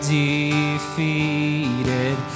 defeated